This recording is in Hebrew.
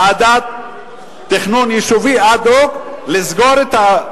ועדת תכנון יישובי אד-הוק, לסגור את,